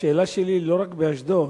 השאלה שלי היא לא רק לגבי אשדוד.